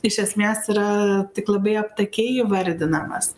iš esmės yra tik labai aptakiai įvardinamas